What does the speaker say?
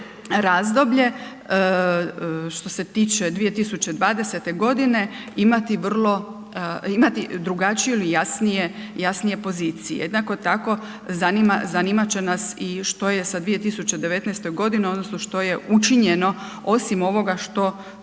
razdoblje, što se tiče 2020.g. imati drugačiju ili jasnije, jasnije pozicije. Jednako tako zanimat će nas i što je sa 2019.g. odnosno što je učinjeno osim ovoga što,